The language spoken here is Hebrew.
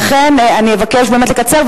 לכן אני אבקש לקצר,